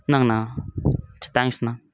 இந்தாங்கண்ணா சி தேங்க்ஸ்ணா